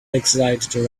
excited